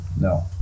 No